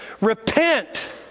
Repent